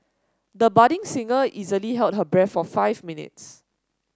the budding singer easily held her breath for five minutes